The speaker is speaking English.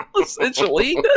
essentially